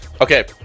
Okay